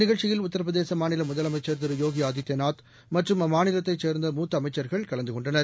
நிகழ்ச்சியில் உத்தரபிரதேச மாநில முதலமைச்சர் யோகி ஆதித்ய நாத் மற்றும் இந்த அம்மாநிலத்தைச் சேர்ந்த மூத்த அமைச்சர்கள் கலந்து கொண்டனர்